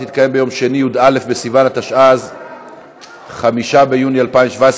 22 בעד, חמישה מתנגדים.